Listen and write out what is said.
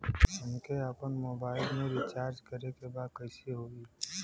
हमके आपन मोबाइल मे रिचार्ज करे के बा कैसे होई?